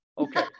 Okay